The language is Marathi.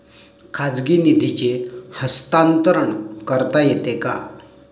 खाजगी निधीचे हस्तांतरण करता येते का?